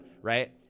right